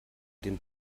den